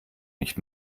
nicht